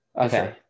Okay